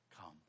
Come